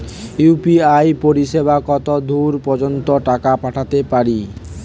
UPI পরিসেবা কতদূর পর্জন্ত টাকা পাঠাতে পারি?